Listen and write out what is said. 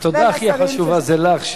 התודה הכי חשובה היא לך,